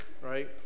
right